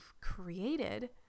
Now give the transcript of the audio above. created